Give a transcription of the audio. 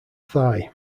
thigh